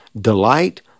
delight